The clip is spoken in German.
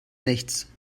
nichts